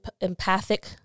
empathic